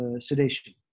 sedation